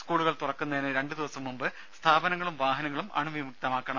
സ്കൂളുകൾ തുറക്കുന്നതിന് രണ്ട് ദിവസം മുമ്പ് സ്ഥാപനങ്ങളും വാഹനങ്ങളും അണുവിമുക്തമാക്കണം